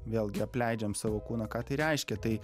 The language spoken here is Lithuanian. vėlgi apleidžiam savo kūną ką tai reiškia tai